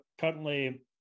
currently